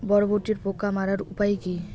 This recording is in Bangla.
বরবটির পোকা মারার উপায় কি?